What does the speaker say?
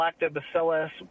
lactobacillus